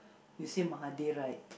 you say Mahathir right